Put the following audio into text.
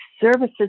services